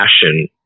passion